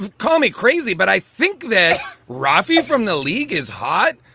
call me crazy. but i think that roffey from the league is hot.